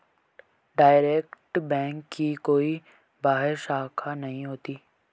direct bank की कोई बाह्य शाखा नहीं होती